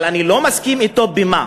אבל אני לא מסכים אתו, במה?